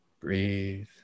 breathe